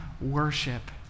worship